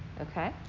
Okay